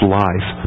life